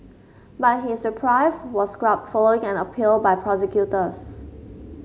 but his reprieve was scrubbed following an appeal by prosecutors